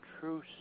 true